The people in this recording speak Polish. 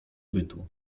bytu